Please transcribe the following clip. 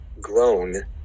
grown